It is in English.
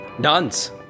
dance